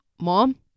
mom